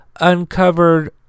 uncovered